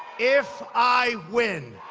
if i win.